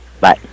Bye